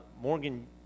Morgan